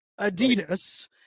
Adidas